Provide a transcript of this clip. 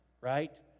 right